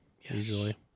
usually